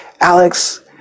Alex